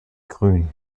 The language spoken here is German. grün